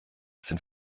sind